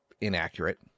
inaccurate